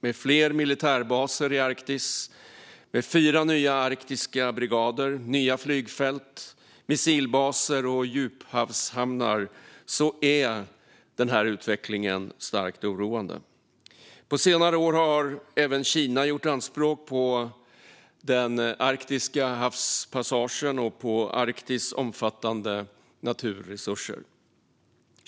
Med fler militärbaser i Arktis, fyra nya arktiska brigader, nya flygfält, missilbaser och djuphavshamnar är den här utvecklingen starkt oroande. På senare år har även Kina gjort anspråk på den arktiska havspassagen och på Arktis omfattande naturresurser.